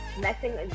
messing